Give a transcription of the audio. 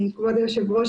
כבוד היו"ר,